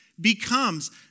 becomes